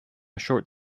short